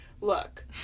Look